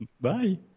Bye